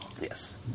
Yes